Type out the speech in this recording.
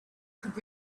could